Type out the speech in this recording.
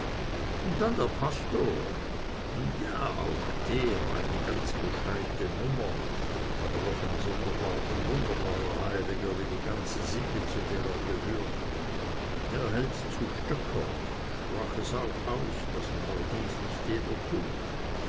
und dann der pastor nun ja auch der eine ganz gescheite nummer aber doch ein wunderbarer heiliger wie die ganze sippe zu der er gehört er hält zu stoecker sprach es auch aus was neuerdings nicht jeder tut